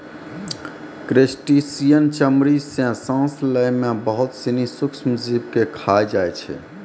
crustacean चमड़ी सें सांस लै में बहुत सिनी सूक्ष्म जीव के खाय जाय छै